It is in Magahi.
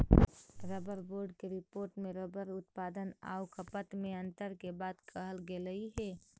रबर बोर्ड के रिपोर्ट में रबर उत्पादन आउ खपत में अन्तर के बात कहल गेलइ हे